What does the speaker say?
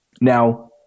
Now